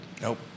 Nope